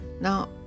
Now